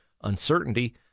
uncertainty